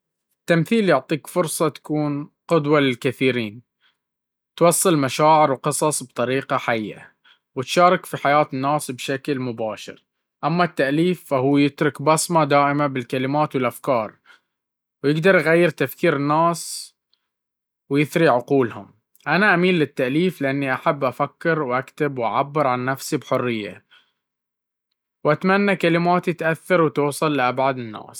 التمثيل يعطيك فرصة تكون قدوة للكثيرين، توصل مشاعر وقصص بطريقة حية، وتشارك في حياة الناس بشكل مباشر. أما التأليف، فهو يترك بصمة دائمة بالكلمات والأفكار، ويقدر يغير تفكير الناس ويثري عقولهم. أنا أميل للتأليف، لأنني أحب أفكر وأكتب وأعبر عن نفسي بحرية، وأتمنى كلماتي تأثر وتوصل لأبعد الناس..